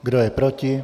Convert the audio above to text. Kdo je proti?